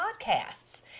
podcasts